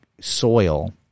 soil